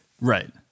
Right